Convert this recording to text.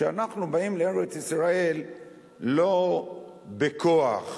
שאנחנו באים לארץ-ישראל לא בכוח,